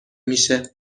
میشه